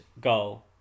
goal